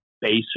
basic